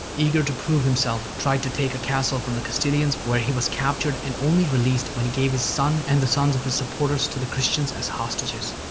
eager to prove himself, tried to take a castle from the castilians where he was captured and only released when he gave his son and the sons of his supporters to the christians as hostages.